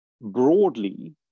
broadly